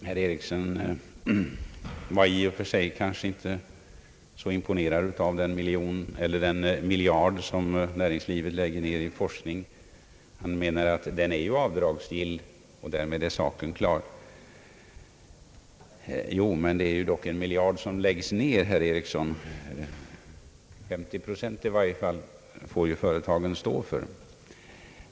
Herr talman! Herr Ericsson var inte så imponerad av den miljard som nä ringslivet lägger ned på forskning. Han menade att den ju är avdragsgill och att saken därmed är klar. Men det är dock en miljard som läggs ned, herr Ericsson. I varje fall 50 procent får ju företagen stå för.